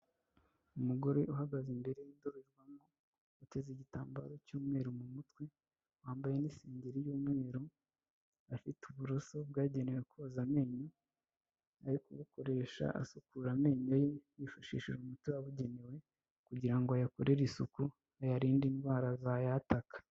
Umugore uhagaze imbere y'indorerwamo, ateze igitambaro cy'umweru mu mutwe wambaye n'isengederi y'umweru, afite uburoso bwagenewe koza amenyo, ari kubukoresha asukura amenyo ye yifashishije umuti wabugenewe, kugira ngo ayakorere isuku ayarinde indwara zayataka.